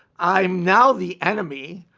i'm now the enemy.